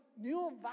new